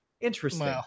interesting